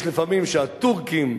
יש לפעמים שהטורקים,